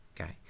okay